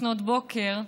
לפנות בוקר,